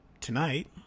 tonight